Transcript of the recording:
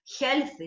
healthy